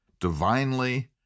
divinely